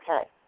okay